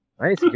Nice